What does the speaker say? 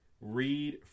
read